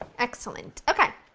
excellent! okay,